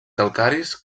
calcaris